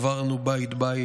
עברנו בית-בית.